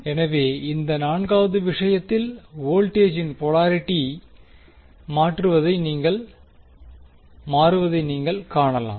எனவே இந்த 4 வது விஷயத்தில் வோல்டேஜின் போலாரிட்டி மாறுவதை நீங்கள் காணலாம்